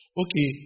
okay